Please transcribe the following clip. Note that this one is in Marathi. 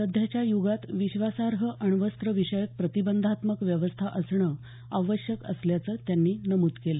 सध्याच्या युगात विश्वासार्ह अण्वस्त्र विषयक प्रतिबंधात्मक व्यवस्था असणं आवश्यक असल्याचं त्यांनी नमूद केलं